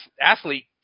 athlete